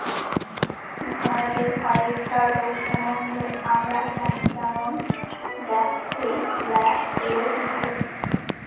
ভেড়াদের কয়েকটা রোগ সম্বন্ধে আমরা জানি যেমন ব্র্যাক্সি, ব্ল্যাক লেগ ইত্যাদি